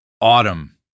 Autumn